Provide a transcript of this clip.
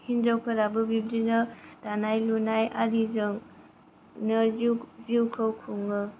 हिनजावफोराबो बिबादिनो दानाय लुनाय आरिजों बिदिनो जिउखौ खुङो